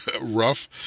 Rough